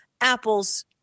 apples